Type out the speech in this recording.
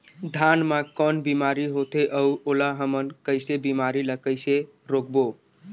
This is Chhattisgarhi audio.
धान मा कौन बीमारी होथे अउ ओला हमन कइसे बीमारी ला कइसे रोकबो?